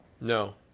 No